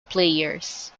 players